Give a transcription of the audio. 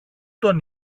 τον